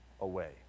away